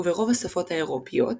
וברוב השפות האירופיות,